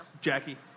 Jackie